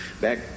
back